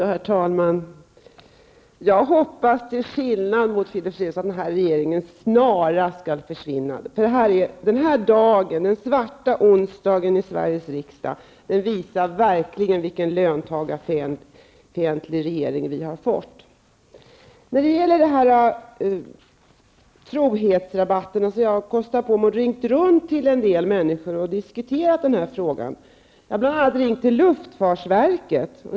Herr talman! Jag hoppas till skillnad från Filip Fridolfsson att den här regeringen snarast skall försvinna. Den här dagen, den svarta onsdagen i Sveriges riksdag, visar verkligen vilken löntagarfientlig regering vi har fått. Jag har kostat på mig att ringa runt till en del människor för att diskutera frågan om trohetsrabatterna. Jag har bl.a. ringt till luftfartsverket.